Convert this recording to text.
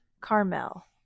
carmel